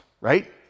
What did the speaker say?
right